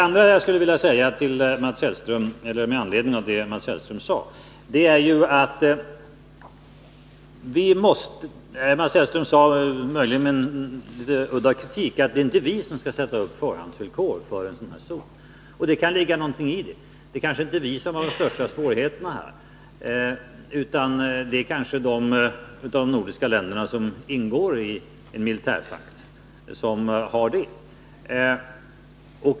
För det andra vill jag ta upp det Mats Hellström sade — möjligen med en liten udd av kritik — om att det inte är Sverige som skall sätta upp förhandsvillkor för en sådan här zon. Det kan ligga någonting i det. Det kanske inte är vi som har de största svårigheterna, utan det kanske är de nordiska länder som ingår i en militärpakt.